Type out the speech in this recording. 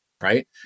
right